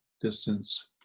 distance